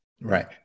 Right